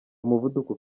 umuvuduko